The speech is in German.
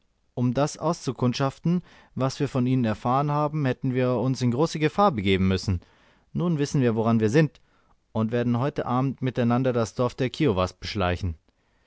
um das auszukundschaften was wir von ihnen erfahren haben hätten wir uns in große gefahr begeben müssen nun wissen wir woran wir sind und werden heut abend miteinander das dorf der kiowas beschleichen